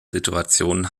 situationen